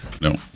No